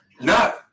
No